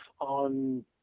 on